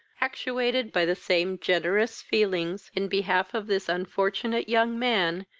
actuated by the same generous feelings in behalf of this unfortunate young man,